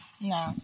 no